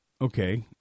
Okay